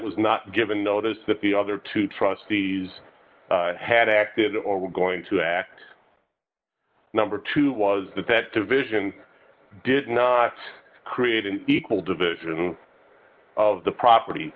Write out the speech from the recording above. was not given notice that the other two trustees had acted or were going to act number two was that that division did not create an equal division of the property